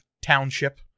Township